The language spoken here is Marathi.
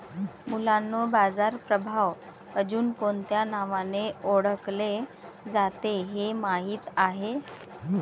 मुलांनो बाजार प्रभाव अजुन कोणत्या नावाने ओढकले जाते हे माहित आहे?